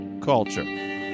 culture